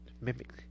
Mimic